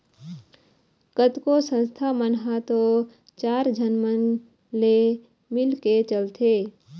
कतको संस्था मन ह तो चार झन मन ले मिलके चलथे